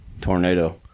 Tornado